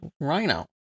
rhino